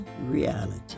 reality